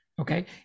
Okay